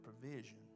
provision